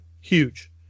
huge